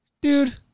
Dude